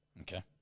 Okay